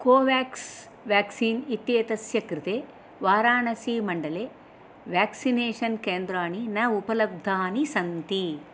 Covax vaccine इत्येतस्य कृते वाराणसीमण्डले वेक्सिनेशन् केन्द्राणि न उपलब्धानि सन्ति